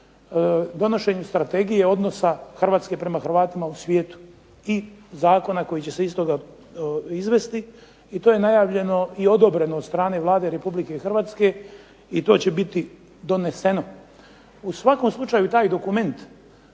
donošenju strategije odnosa Hrvatske prema Hrvatima u svijetu i zakona koji će se iz toga izvesti. I to je najavljeno i odobreno od strane Vlade Republike Hrvatske i to će biti doneseno. U svakom slučaju taj dokument